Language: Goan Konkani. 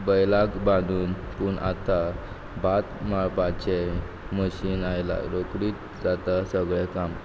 बैलाक बांदून पूण आतां भात मळपाचें मशीन आयलां रोखडीत जाता सगळें काम